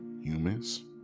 humans